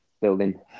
building